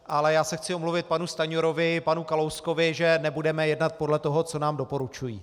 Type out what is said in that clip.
Ale já se chci omluvit panu Stanjurovi, panu Kalouskovi, že nebudeme jednat podle toho, co nám doporučují.